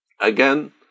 Again